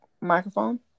microphone